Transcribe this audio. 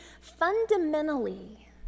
fundamentally